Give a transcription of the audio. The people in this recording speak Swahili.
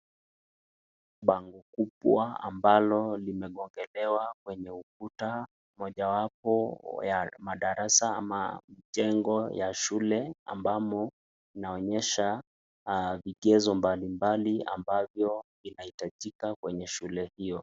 Bango kubwa ambalo limegongelewa kwenye ukuta, mojawapo ya madarasa ama jengo ya shule ambamo inaonyesha vigezo mbalimbali ambavyo inahitajika kwenye shule hiyo.